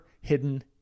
Hidden